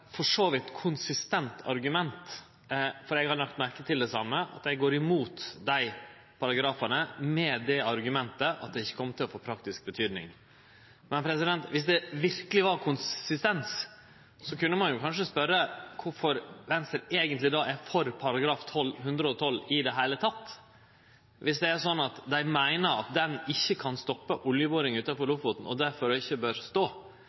for så vidt konsistent argument, for eg har lagt merke til det same, at ein går imot dei paragrafane med det argumentet at det ikkje kjem til å få praktisk betydning. Men dersom det verkeleg var konsistens, kunne ein jo kanskje spørje kvifor Venstre eigentleg er for § 112 i det heile, dersom det er slik at dei meiner at den paragrafen ikkje kan stoppe oljeboring utanfor Lofoten og derfor ikkje bør stå,